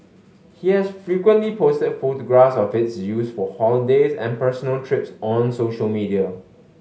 he has frequently posted photographs of its use for holidays and personal trips on social media